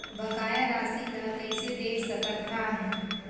बकाया राशि ला कइसे देख सकत हान?